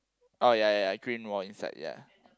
oh ya ya I green wall inside ya